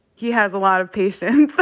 he has a lot of patience.